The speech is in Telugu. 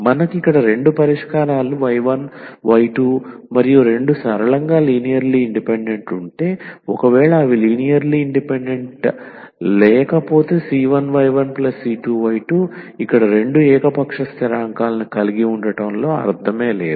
మనకు ఇక్కడ రెండు పరిష్కారాలు y1y2 మరియు రెండు సరళంగా లినియర్ లీ ఇండిపెండెంట్ ఉంటే ఒకవేళ అవి లినియర్ లీ ఇండిపెండెంట్ లేకపోతే c1y1c2y2 ఇక్కడ రెండు ఏకపక్ష స్థిరాంకాలను కలిగి ఉండటంలో అర్ధమే లేదు